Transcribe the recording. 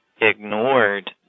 ignored